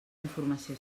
informació